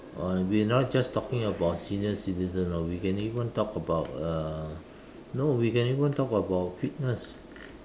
uh we are now just talking about senior citizens you know we can even talk about uh no we can even talk about fitness